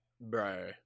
bro